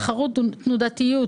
תחרות ותנודתיות,